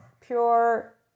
pure